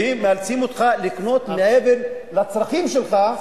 והם מאלצים אותך לקנות מעבר לצרכים שלך,